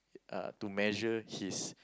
uh to measure his